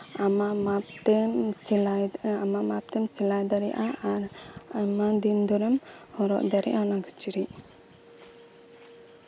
ᱟᱢᱟᱜ ᱢᱟᱯᱛᱮ ᱟᱢᱟᱜ ᱢᱟᱯᱛᱮ ᱥᱮᱞᱟᱭ ᱰᱟᱲᱮᱭᱟᱜᱼᱟ ᱟᱨ ᱟᱭᱢᱟ ᱫᱤᱱ ᱫᱷᱚᱨᱮᱢ ᱦᱚᱨᱚᱜ ᱫᱟᱲᱮᱭᱟᱜᱼᱟ ᱚᱱᱟ ᱠᱤᱪᱨᱤᱪ